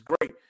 great